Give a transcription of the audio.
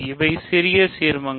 அவை சிறிய சீர்மங்கள்